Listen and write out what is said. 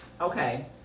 Okay